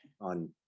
on